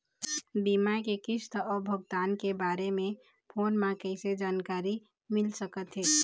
बीमा के किस्त अऊ भुगतान के बारे मे फोन म कइसे जानकारी मिल सकत हे?